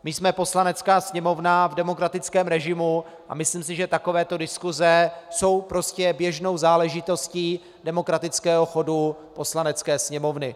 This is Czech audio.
My jsme Poslanecká sněmovna v demokratickém režimu a myslím si, že takovéto diskuse jsou běžnou záležitostí demokratického chodu Poslanecké sněmovny.